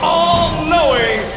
all-knowing